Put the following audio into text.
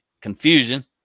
confusion